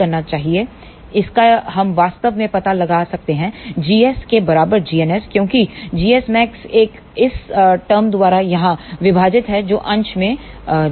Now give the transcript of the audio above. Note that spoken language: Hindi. चाहिए I इसलिए हम वास्तव मेंपता लगा सकते हैं gs के बराबर gns क्योंकि gsmax 1 इस टरम द्वारा यहाँ विभाजित है जो अंश में जाएगा